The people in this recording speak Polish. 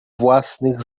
własnych